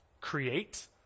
create